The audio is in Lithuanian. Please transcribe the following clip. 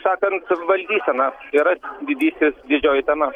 sakant valdysena yra didysis didžioji tema